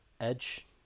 Edge